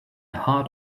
heart